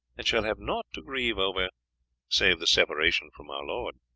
and shall have naught to grieve over save the separation from our lord.